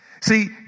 See